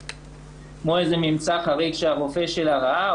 כמו איזה ממצא חריג שהרופא שלה ראה,